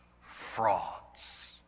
frauds